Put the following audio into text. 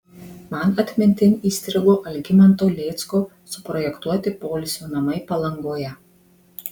man atmintin įstrigo algimanto lėcko suprojektuoti poilsio namai palangoje